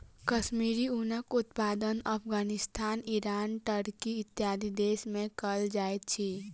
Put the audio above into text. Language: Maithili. कश्मीरी ऊनक उत्पादन अफ़ग़ानिस्तान, ईरान, टर्की, इत्यादि देश में कयल जाइत अछि